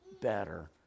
better